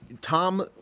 Tom